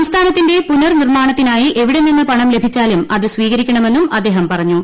സംസ്ഥാനത്തിന്റെ പുനർനിർമ്മാണത്തിനായി എവിടെനിന്നു പണം ലഭിച്ചാലും അത് സ്വീകരിക്കണമെന്നും അദ്ദേഹം പറഞ്ഞു